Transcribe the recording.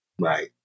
right